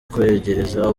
kwegereza